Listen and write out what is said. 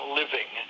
living